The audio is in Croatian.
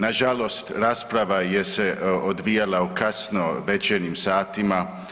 Na žalost rasprava se odvijala u kasno večernjim satima.